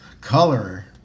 color